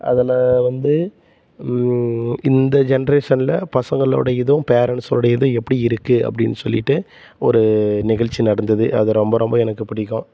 அதில் வந்து இந்த ஜென்ரேஷனில் பசங்களோட இதும் பேரெண்ட்ஸோட இதும் எப்படி இருக்குது அப்டின்னு சொல்லிவிட்டு ஒரு நிகழ்ச்சி நடந்தது அது ரொம்ப ரொம்ப எனக்கு பிடிக்கும்